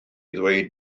ddweud